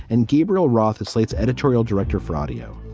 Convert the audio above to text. and gabriel roth is slate's editorial director for audio.